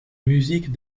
musiques